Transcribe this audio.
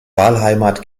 wahlheimat